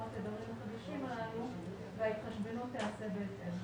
התדרים החדשים האלו וההתחשבנות תיעשה בהתאם.